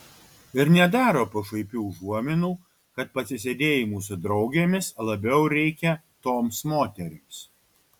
ir nedaro pašaipių užuominų kad pasisėdėjimų su draugėmis labiau reikia toms moterims